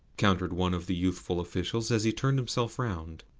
countered one of the youthful officials as he turned himself round.